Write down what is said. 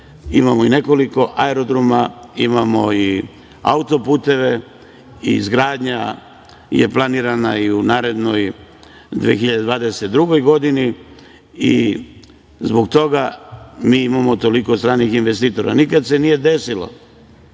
Imamo i nekoliko aerodroma, imamo i autoputeve. Izgradnja je planirana i u narednoj 2022. godini i zbog toga mi imamo toliko stranih investitora. Nikad se nije desilo